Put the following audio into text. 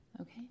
Okay